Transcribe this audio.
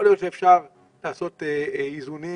יכול להיות שאפשר לעשות איזונים